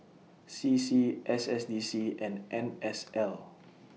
C C S S D C and N S L